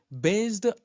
based